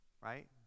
right